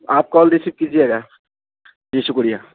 آپ call receive کیجیے گا جی شکریہ